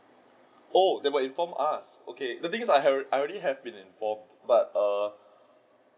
oh they will inform us okay the thing is I I already have been informed but err